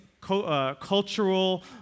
cultural